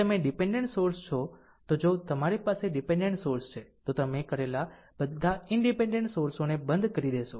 જો તમે dependent source છો તો જો તમારી પાસે ડીપેનડેન્ટ સોર્સ છે તો તમે કરેલા બધા ઈનડીપેનડેન્ટ સોર્સોને બંધ કરી દેશો